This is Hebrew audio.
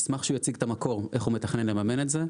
נשמח שהוא יציג את המקור איך הוא מתכנן לממן את זה.